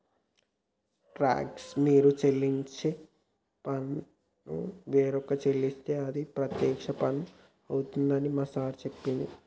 talks మీరు చెల్లించే పన్ను వేరొక చెల్లిస్తే అది ప్రత్యక్ష పన్ను అవుతుందని మా సారు చెప్పిండు